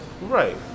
Right